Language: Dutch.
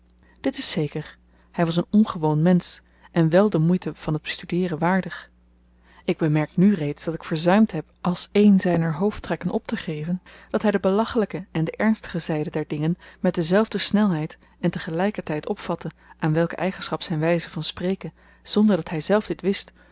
dit is zeker hy was een ongewoon mensch en wel de moeite van t bestudeeren waardig ik bemerk nu reeds dat ik verzuimd heb als een zyner hoofdtrekken optegeven dat hy de belachelyke en de ernstige zyde der dingen met dezelfde snelheid en te gelykertyd opvatte aan welke eigenschap zyn wyze van spreken zonder dat hyzelf dit wist